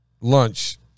lunch